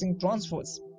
transfers